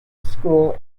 school